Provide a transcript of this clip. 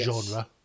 genre